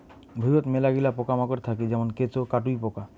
ভুঁইয়ত মেলাগিলা পোকামাকড় থাকি যেমন কেঁচো, কাটুই পোকা